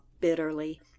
bitterly